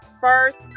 first